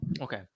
Okay